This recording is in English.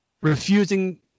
refusing